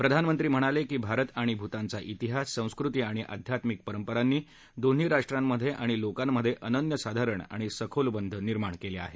प्रधानमंत्री म्हणाले की भारत आणि भूतानचा तिहास संस्कृती आणि आध्यात्मिक परंपरांनी दोन्ही राष्ट्रांमधे आणि लोकांमधे अनन्यसाधरण आणि सखोल बंध निर्माण केले आहेत